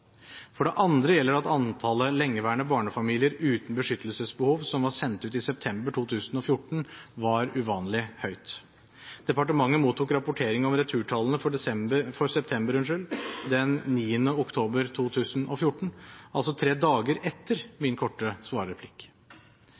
For det andre gjelder det at antallet lengeværende barnefamilier uten beskyttelsesbehov som var sendt ut i september 2014, var uvanlig høyt. Departementet mottok rapportering om returtallene for september den 9. oktober 2014, altså tre dager etter min korte svarreplikk.